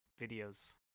videos